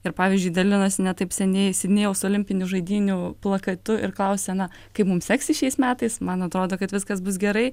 ir pavyzdžiui dalinasi ne taip seniai sidnėjaus olimpinių žaidynių plakatu ir klausia na kaip mum seksis šiais metais man atrodo kad viskas bus gerai